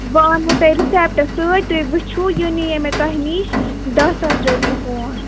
بہٕ آنمو تیٚلہِ رِسیٚپٹہٕ سۭتۍ تُہۍ وچھُو یہِ نِیے مےٚ تۄہہِ نِش دہ ساس رۄپیہِ فوٗن